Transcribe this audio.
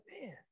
man